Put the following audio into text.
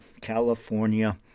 california